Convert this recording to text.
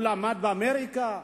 הוא למד באמריקה,